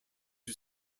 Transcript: are